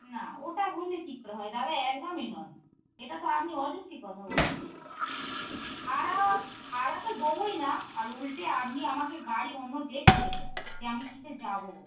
না ওটা বললে কী করে হয় দাদা একদামই নয় এটা তো আপনি অযুক্তই কথা বলছেন ভাড়া ভাড়া তো দবোই না আর উল্টে আপনি আমাকে গাড়ি অন্য দেখে দেবেন যে আমি কীসে যাবো